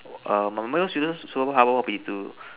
err my most useless superpower would be to